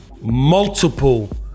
multiple